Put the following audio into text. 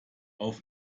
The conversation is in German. auf